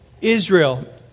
Israel